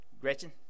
gretchen